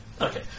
Okay